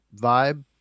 vibe